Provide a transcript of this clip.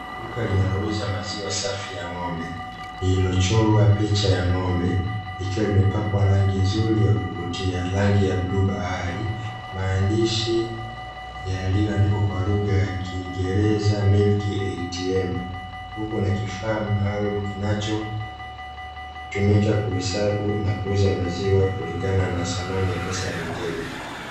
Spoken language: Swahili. Duka linalouza maziwa safi ya ng'ombe lililochorwa picha ya ng'ombe, likiwa limepakwa rangi nzuri ya kuvutia (rangi ya bluu bahari). Maandishi yaliyoandikwa kwa lugha ya kiingereza "MILK ATM". Huku na kifaa maalumu kinachotumika kuhesabu na kuuza maziwa kulingana na thamani ya pesa ya mteja.